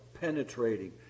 penetrating